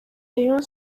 rayon